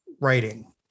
writing